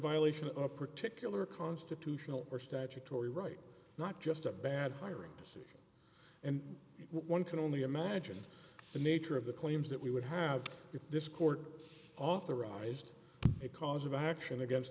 violation of a particular constitutional or statutory right not just a bad hiring decision and one can only imagine the nature of the claims that we would have if this court authorized the cause of action against